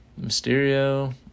Mysterio